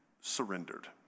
surrendered